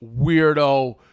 weirdo